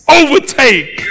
overtake